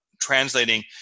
translating